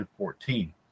2014